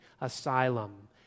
asylum